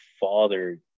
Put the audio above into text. father